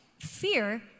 Fear